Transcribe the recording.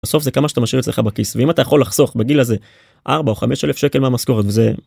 סוף זה כמה שאתה משאיר אצלך בכיס ואם אתה יכול לחסוך בגיל הזה ארבע או חמש אלף שקל מהמשכורת וזה